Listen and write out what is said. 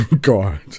God